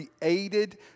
created